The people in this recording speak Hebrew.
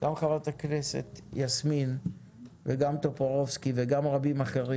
גם חברת הכנסת יסמין וגם טופורובסקי וגם רבים אחרים,